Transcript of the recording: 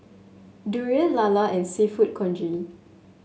durian lala and seafood congee